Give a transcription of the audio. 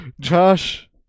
Josh